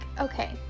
okay